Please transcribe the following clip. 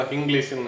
English